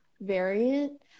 variant